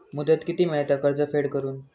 मुदत किती मेळता कर्ज फेड करून?